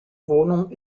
wohnung